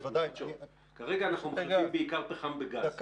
כרגע אנחנו בעיקר מחליפים פחם בגז,